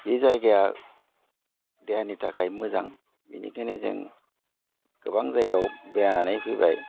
बे जायगाया देहानि थाखाय मोजां बेनिखायनो जों गोबां जायगायाव बेरायनानै फैबाय